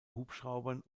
hubschraubern